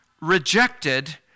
rejected